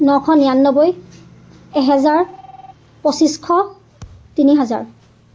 নশ নিৰান্নব্বৈ এহেজাৰ পঁচিছশ তিনি হাজাৰ